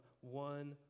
one